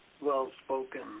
Well-spoken